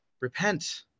repent